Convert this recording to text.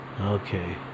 Okay